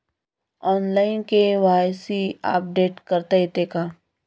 Online KYC update करता येते का?